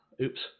Oops